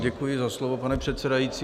Děkuji za slovo, pane předsedající.